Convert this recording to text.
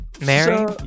Mary